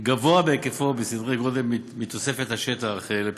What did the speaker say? גבוה בהיקפו בסדרי גודל מתוספת השטח לפיתוח.